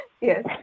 Yes